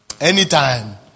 Anytime